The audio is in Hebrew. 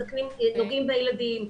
נוגעים בילדים,